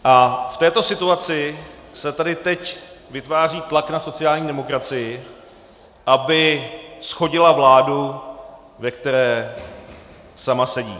A v této situaci se tedy teď vytváří tlak na sociální demokracii, aby shodila vládu, ve které sama sedí.